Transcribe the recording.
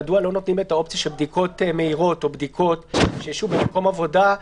מדוע לא נותנים את האופציה של בדיקות מהירות או בדיקות במקום עבודה?